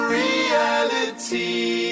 reality